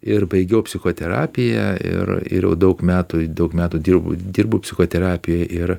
ir baigiau psichoterapiją ir ir jau daug metų daug metų dirbu dirbu psichoterapijoj ir